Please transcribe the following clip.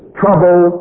trouble